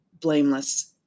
blameless